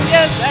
Yes